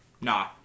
Nah